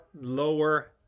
lower